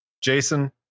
Jason